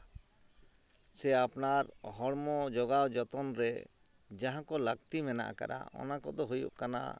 ᱥᱮ ᱟᱯᱱᱟᱨ ᱦᱚᱲᱢᱚ ᱡᱚᱜᱟᱣ ᱡᱚᱛᱚᱱ ᱨᱮ ᱡᱟᱦᱟᱸ ᱠᱚ ᱞᱟᱹᱠᱛᱤ ᱢᱮᱱᱟᱜ ᱟᱠᱟᱫᱼᱟ ᱚᱱᱟ ᱠᱚᱫᱚ ᱦᱩᱭᱩᱜ ᱠᱟᱱᱟ